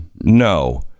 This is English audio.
no